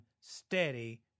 steady